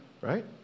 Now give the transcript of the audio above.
Right